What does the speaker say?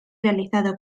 realizado